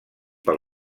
pel